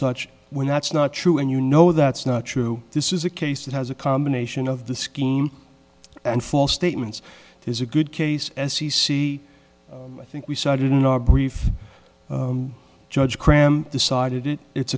such when that's not true and you know that's not true this is a case that has a combination of the scheme and false statements there's a good case as c c i think we started in our brief judge cram decided it it's